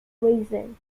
region